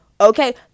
Okay